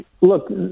Look